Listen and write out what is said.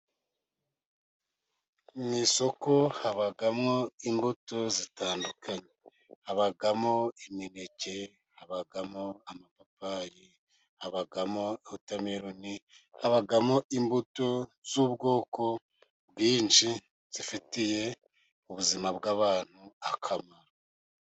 Mu isoko habamo imbuto zitandukanye: habamo imineke, habamo amapapari ,habamo wotameloni ,habamo imbuto z'ubwoko bwinshi zifitiye ubuzima bw'abantu akamaro.